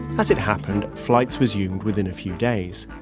as it happened, flights resumed within a few days.